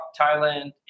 Thailand